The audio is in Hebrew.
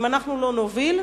אם אנחנו לא נוביל,